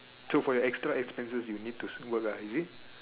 so for your extra expenses you need to work lah is it